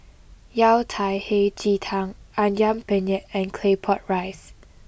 Yao Cai Hei Ji Tang Ayam Penyet and Claypot Rice